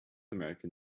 american